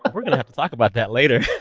but we're going to have to talk about that later